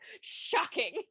Shocking